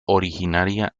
originaria